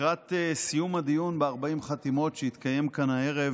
לקראת סיום הדיון ב-40 חתימות שהתקיים כאן הערב